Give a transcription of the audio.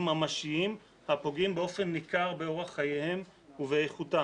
ממשיים הפוגעים באופן ניכר באורח חייהם ובאיכותם.